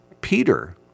Peter